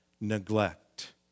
neglect